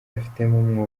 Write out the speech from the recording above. afitemo